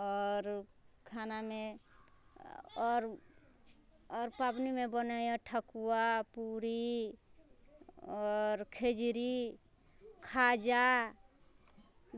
आओर खानामे आओर आओर पाबनिमे बनैया ठकुआ पूरी आओर खजुरी खाजा